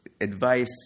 advice